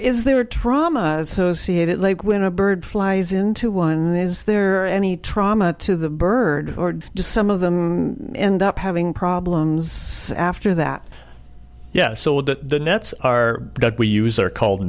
is there trauma associated like when a bird flies into one is there any trauma to the birds or just some of them end up having problems after that yes so that the nets are we use are called